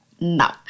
no